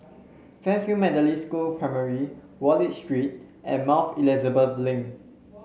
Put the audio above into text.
Fairfield Methodist School Primary Wallich Street and Mouth Elizabeth Link